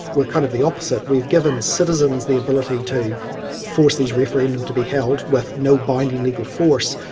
we're kind of the opposite we've given citizens the ability to force these referenda to be held, with no binding legal force,